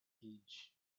gauge